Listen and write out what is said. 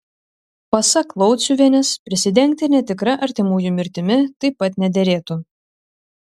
pasak lauciuvienės prisidengti netikra artimųjų mirtimi taip pat nederėtų